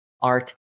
art